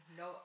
no